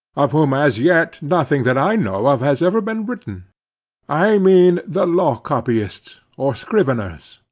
of whom as yet nothing that i know of has ever been written i mean the law-copyists or scriveners.